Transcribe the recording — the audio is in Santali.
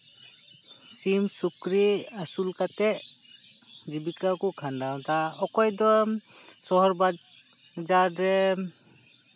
ᱥᱤᱢ ᱥᱩᱠᱨᱤ ᱟᱹᱥᱩᱞ ᱠᱟᱛᱮᱫ ᱡᱤᱵᱤᱠᱟ ᱠᱚ ᱠᱷᱟᱸᱰᱟᱣᱫᱟ ᱚᱠᱚᱭ ᱫᱚ ᱥᱚᱦᱚᱨ ᱵᱟᱡᱟᱨ ᱨᱮ